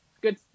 good